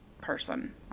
person